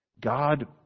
God